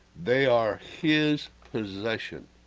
they are his possession